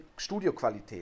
Studioqualität